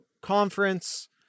conference